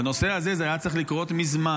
בנושא הזה זה היה צריך לקרות מזמן.